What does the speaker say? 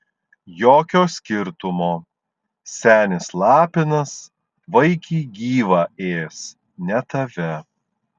jokio skirtumo senis lapinas vaikį gyvą ės ne tave